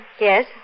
Yes